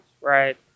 right